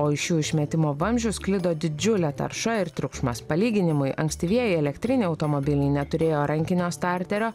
o iš jų išmetimo vamzdžio sklido didžiulė tarša ir triukšmas palyginimui ankstyvieji elektriniai automobiliai neturėjo rankinio starterio